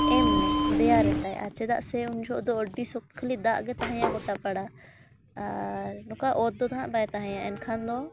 ᱮᱢ ᱢᱮ ᱫᱮᱭᱟᱨᱮᱛᱟᱭ ᱟᱨ ᱪᱮᱫᱟᱜ ᱥᱮ ᱩᱱ ᱡᱚᱠᱷᱚᱱ ᱫᱚ ᱟᱹᱰᱤ ᱥᱚᱠᱛᱚ ᱠᱷᱟᱹᱞᱤ ᱫᱟᱜ ᱜᱮ ᱛᱟᱦᱮᱸᱭᱟ ᱜᱚᱴᱟ ᱯᱟᱲᱟ ᱟᱨ ᱱᱚᱝᱠᱟ ᱚᱛ ᱫᱚ ᱦᱟᱸᱜ ᱵᱟᱭ ᱛᱟᱦᱮᱸᱭᱟ ᱮᱱᱠᱷᱟᱱ ᱫᱚ